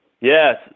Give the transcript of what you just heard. Yes